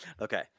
Okay